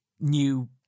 new